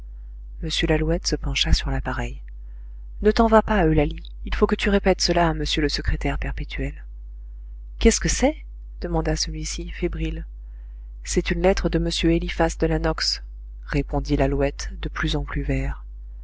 m lalouette se pencha sur l'appareil ne t'en va pas eulalie il faut que tu répètes cela à m le secrétaire perpétuel qu'est-ce que c'est demanda celui-ci fébrile c'est une lettre de m eliphas de la nox répondit lalouette de plus en plus vert